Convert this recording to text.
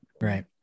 Right